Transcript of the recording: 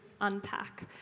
unpack